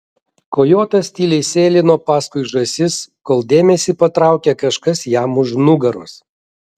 kojotas tyliai sėlino paskui žąsis kol dėmesį patraukė kažkas jam už nugaros